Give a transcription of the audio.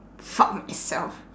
fuck myself